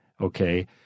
okay